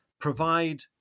provide